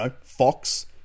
Fox